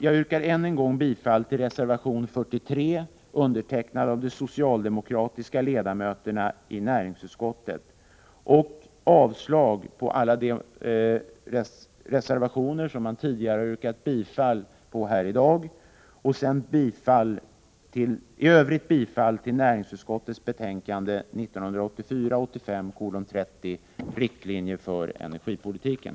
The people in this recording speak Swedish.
Jag yrkar ännu en gång bifall till reservation 43, som är undertecknad av de socialdemokratiska ledamöterna i näringsutskottet, och avslag på alla de reservationer som man tidigare yrkat bifall till här i dag. I övrigt yrkar jag bifall till utskottets hemställan i näringsutskottets betänkande 1984/85:30, Riktlinjer för energipolitiken.